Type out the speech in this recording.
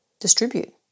distribute